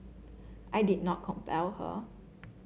I did not compel her